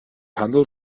handle